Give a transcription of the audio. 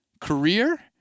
career